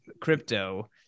crypto